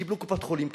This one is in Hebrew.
קיבלו קופת-חולים,